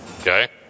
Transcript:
Okay